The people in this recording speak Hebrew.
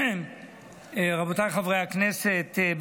רבותיי חברי הכנסת,